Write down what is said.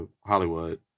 Hollywood